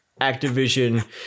Activision